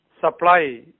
supply